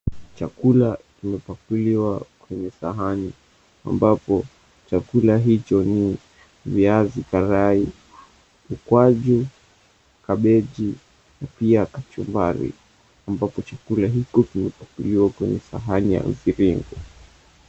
Chalula kimepakuliwa kwenye sahani ambapo chakula hicho ni viazi karai, ukwaju, kabeji na pia kachumbari ambapo chakula hicho kimepakuliwa kwenye sahani ya mviringo.